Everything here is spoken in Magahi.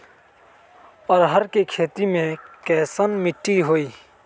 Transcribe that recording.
अरहर के खेती मे कैसन मिट्टी होइ?